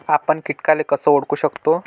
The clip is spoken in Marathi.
आपन कीटकाले कस ओळखू शकतो?